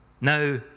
Now